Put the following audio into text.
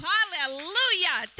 Hallelujah